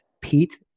Pete